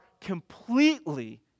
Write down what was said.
completely